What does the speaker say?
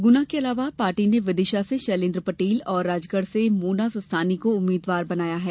गुना के अलावा पार्टी ने विदिशा से शैलेंद्र पटेल और राजगढ़ से मोना सुस्तानी को उम्मीदवार बनाया है